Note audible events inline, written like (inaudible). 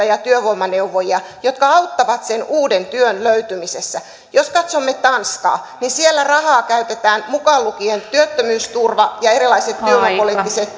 (unintelligible) ja työvoimaneuvojia jotka auttavat sen uuden työn löytymisessä jos katsomme tanskaa niin siellä rahaa käytetään mukaan lukien työttömyysturva ja erilaiset työvoimapoliittiset (unintelligible)